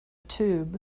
tube